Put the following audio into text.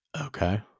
Okay